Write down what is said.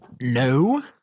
No